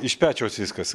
iš pečiaus viskas